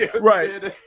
Right